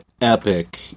epic